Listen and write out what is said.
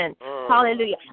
Hallelujah